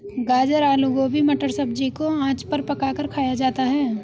गाजर आलू गोभी मटर सब्जी को आँच पर पकाकर खाया जाता है